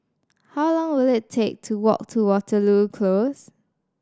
how long will it take to walk to Waterloo Close